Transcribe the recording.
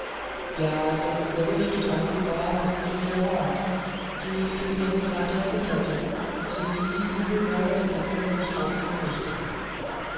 ja das gerücht drang sogar bis zu grande die für ihren vater zitterte sowie übel wollende blicke sich auf ihn richteten